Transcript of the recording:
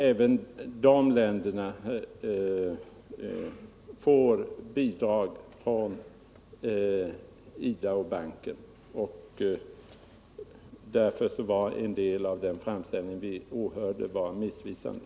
Även de länderna får bidrag från IDA och banken. Därför var en del av den framställning vi åhörde missvisande.